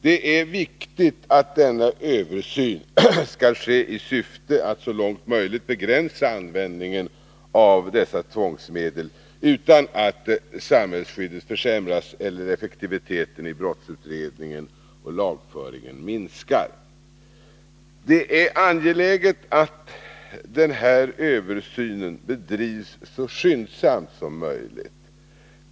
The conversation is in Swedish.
Det är viktigt att denna översyn skall ske i syfte att så långt möjligt begränsa användningen av dessa tvångsmedel, utan att samhällsskyddet försämras eller effektiviteten i brottsutredningen och lagföringen minskar. Det är angeläget att denna översyn bedrivs så skyndsamt som möjligt.